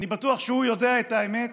אני בטוח שהוא יודע את האמת,